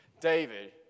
David